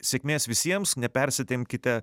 sėkmės visiems nepersitempkite